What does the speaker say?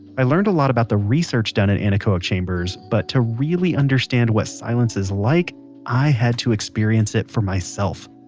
i learned a lot about the research done in anechoic chambers, but to really understand what silence is like i had to experience it for myself.